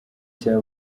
cya